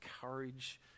courage